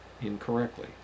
incorrectly